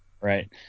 Right